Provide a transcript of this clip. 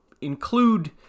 include